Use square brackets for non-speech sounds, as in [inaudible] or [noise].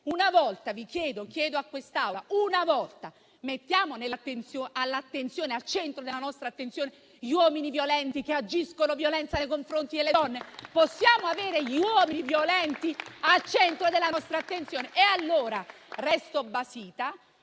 una volta li mettiamo al centro della nostra attenzione gli uomini violenti, che agiscono con violenza nei confronti delle donne? Possiamo avere gli uomini violenti al centro della nostra attenzione? [applause] Io resto basita